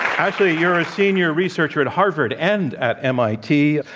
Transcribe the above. ashley, you're a senior researcher at harvard and at mit.